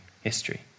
history